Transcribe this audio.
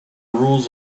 rules